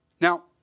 Now